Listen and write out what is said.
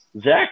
Zach